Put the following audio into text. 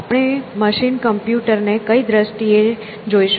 આપણે machine computer ને કઈ દ્રષ્ટિ એ જોઈશું